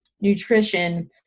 nutrition